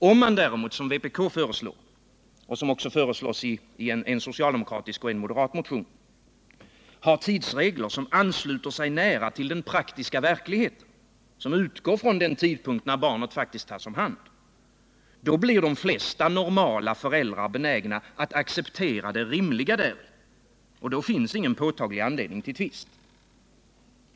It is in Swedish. Om man däremot —- som vpk föreslår och som föreslås även i en socialdemokratisk motion och i en moderat motion — har tidsregler, som ansluter sig nära till den praktiska verkligheten och som utgår från den tidpunkt när barnet faktiskt tas om hand, då blir de flesta normala föräldrar benägna att acceptera det rimliga däri. Då finns ingen påtaglig anledning till tvist.